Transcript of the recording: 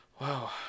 Wow